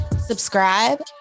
subscribe